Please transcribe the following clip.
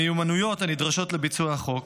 המיומנויות הנדרשות לביצוע החוק,